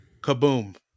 Kaboom